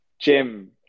Jim